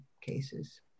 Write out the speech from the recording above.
cases